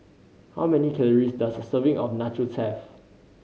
how many calories does a serving of Nachos have